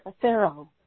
Pharaoh